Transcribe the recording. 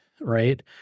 right